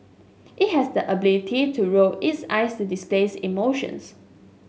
it has the ability to roll its eyes to displays emotions